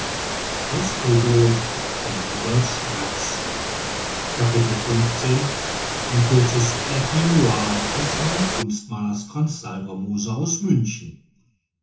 ein kurzes aide memoire des herrn kunstmalers franz salvermoser aus münchen